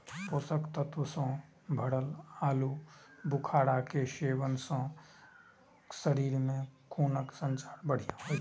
पोषक तत्व सं भरल आलू बुखारा के सेवन सं शरीर मे खूनक संचार बढ़िया होइ छै